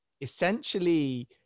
essentially